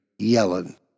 Yellen